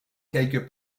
quelques